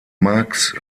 marx